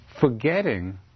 forgetting